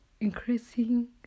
increasing